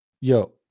Yo